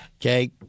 okay